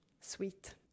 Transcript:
sweet